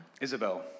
Isabel